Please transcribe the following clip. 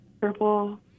purple